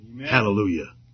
Hallelujah